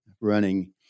running